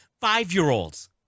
five-year-olds